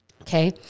okay